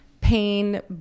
pain